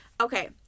Okay